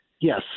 Yes